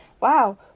Wow